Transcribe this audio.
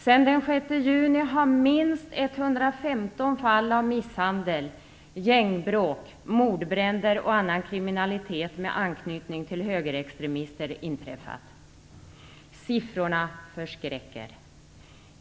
Sedan den 6 juni har minst 115 fall av misshandel, gängbråk, mordbränder och annan kriminalitet med anknytning till högerextremister inträffat. Siffrorna förskräcker.